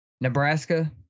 Nebraska